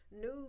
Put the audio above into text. news